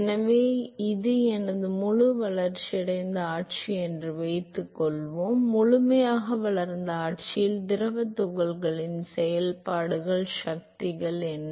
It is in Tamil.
எனவே இது எனது முழு வளர்ச்சியடைந்த ஆட்சி என்று வைத்துக்கொள்வோம் முழுமையாக வளர்ந்த ஆட்சியில் திரவத் துகள்களில் செயல்படும் சக்திகள் என்ன